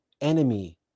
enemy